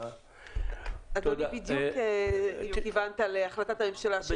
אדוני, בדיוק כיוונת להחלטת ממשלה.